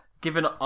given